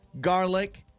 garlic